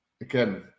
again